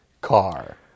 car